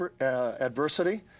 adversity